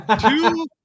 two